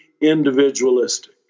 individualistic